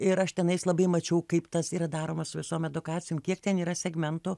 ir aš tenais labai mačiau kaip tas yra daroma visom edukacijom kiek ten yra segmentų